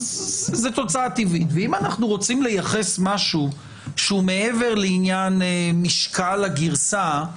אם אנחנו רוצים לייחס משהו שהוא מעבר לעניין משקל הגרסה,